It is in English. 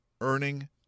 earning